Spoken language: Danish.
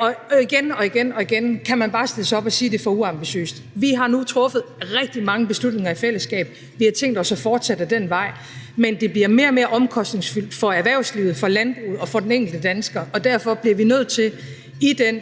år. Og igen og igen kan man bare stille sig op og sige, at det er for uambitiøst. Vi har nu truffet rigtig mange beslutninger i fællesskab. Vi har tænkt os at fortsætte ad den vej, men det bliver mere og mere omkostningsfuldt for erhvervslivet, for landbruget og for den enkelte dansker. Og derfor bliver vi nødt til i den